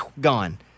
gone